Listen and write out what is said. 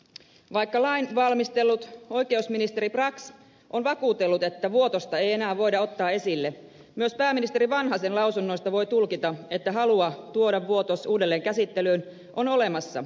vaikka lain valmistellut oikeusministeri brax on vakuutellut että vuotosta ei enää voida ottaa esille myös pääministeri vanhasen lausunnoista voi tulkita että halua tuoda vuotos uudelleen käsittelyyn on olemassa